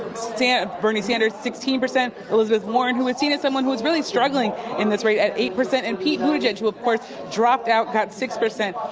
bernie sanders sixteen percent, elizabeth warren, who was seen as someone who was really struggling in this rate, at eight percent, and pete buttigieg, who, of course, dropped out, got six percent.